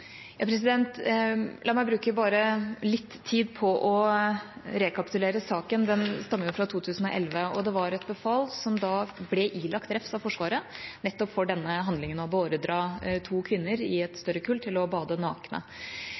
La meg bruke bare litt tid på å rekapitulere saken. Den stammer fra 2011, og det var et befal som ble ilagt refs av Forsvaret nettopp for denne handlinga. Han beordret to kvinner i et større kull til å bade nakne.